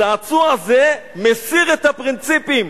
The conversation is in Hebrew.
צעצוע זה מסיר את הפרינציפים,